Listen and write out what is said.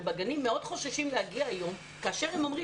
ובגני הילדים מאוד חוששים להגיע היום והם שואלים